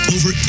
Over